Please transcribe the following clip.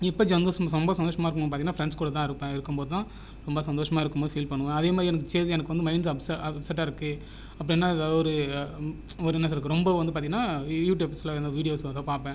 இப்போ சந்தோசமாக ரொம்ப சந்தோசமாக இருக்கும் போது பார்த்தீங்கனா ஃப்ரெண்ட்ஸ் கூடதான் இருப்பேன் இருக்கும் போது தான் ரொம்ப சந்தோசமாக இருக்கும் போது ஃபீல் பண்ணுவேன் அதே மாதிரி எனக்கு எனக்கு வந்து மைண்டு அப்செட்டாக இருக்கும் அப்படினா எதாது ஒரு ஒரு என்ன சொல்கிறது ரொம்ப வந்து பார்த்தீங்கனா யூடுயூப்ஸ்யில் எதுவும் வீடியோஸ் வந்தால் பார்ப்பேன்